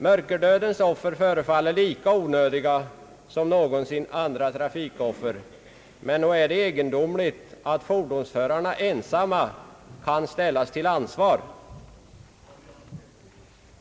Mörkerdödens offer förefaller lika onödiga som någonsin andra trafikoffer, men nog är det egendomligt att fordonsförarna ensamma kan ställas till ansvar.